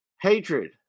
Hatred